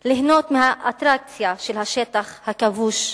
ליהנות מהאטרקציה של השטח הכבוש,